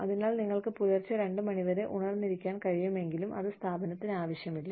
അതിനാൽ നിങ്ങൾക്ക് പുലർച്ചെ 2 മണി വരെ ഉണർന്നിരിക്കാൻ കഴിയുമെങ്കിലും അത് സ്ഥാപനത്തിന് ആവശ്യമില്ല